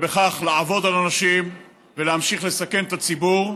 ובכך לעבוד על אנשים ולהמשיך לסכן את הציבור,